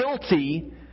guilty